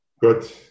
Good